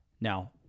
Now